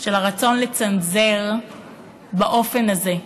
של הרצון לצנזר באופן הזה.